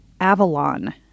Avalon